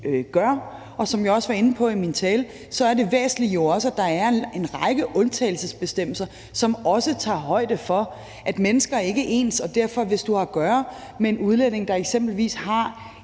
gør. Som jeg også var inde på i min tale, er det væsentlige jo også, at der er en række undtagelsesbestemmelser, som også tager højde for, at mennesker ikke er ens. Hvis man har at gøre med en udlændinge, der eksempelvis har